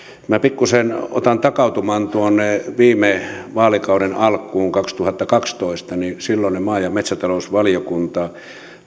minä pikkuisen otan takauman tuonne viime vaalikauden alkuun vuoteen kaksituhattakaksitoista eli silloinen maa ja metsätalousvaliokunta